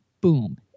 boom